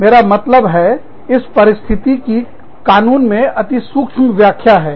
मेरा मतलब है इस परिस्थितिमामला की कानून में अतिसूक्ष्म व्याख्या है